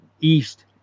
east